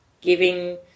giving